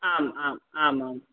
आम् आम् आम् आम्